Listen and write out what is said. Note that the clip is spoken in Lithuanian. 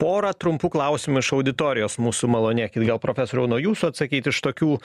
pora trumpų klausimų iš auditorijos mūsų malonėkit gal profesoriau nuo jūsų atsakyt iš tokių